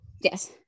yes